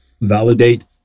validate